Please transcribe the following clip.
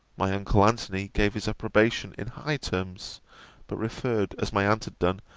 my uncle antony gave his approbation in high terms but referred, as my aunt had done,